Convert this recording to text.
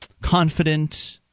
confident